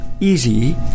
easy